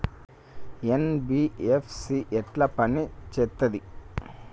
NBFC ఎట్ల పని చేత్తది?